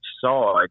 side